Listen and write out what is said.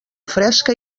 fresca